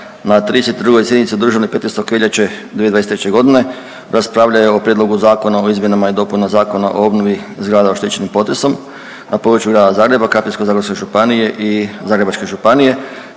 na 32. sjednici održanoj 15. veljače 2023.g. raspravljalo je o Prijedlogu zakona o izmjenama i dopunama Zakona o obnovi zgrada oštećenih potresom na području Grada Zagreba, Krapinsko-zagorske županije i Zagrebačke županije